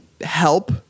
help